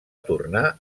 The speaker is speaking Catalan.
tornar